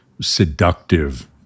seductive